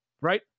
right